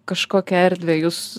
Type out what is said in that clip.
kažkokią erdvę jūs